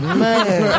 man